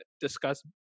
discuss